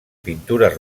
pintures